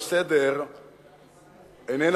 הצעות לסדר-היום